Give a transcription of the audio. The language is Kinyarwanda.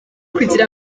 kugira